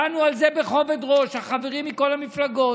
דנו על זה בכובד ראש, החברים מכל המפלגות,